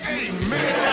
amen